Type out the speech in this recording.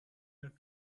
den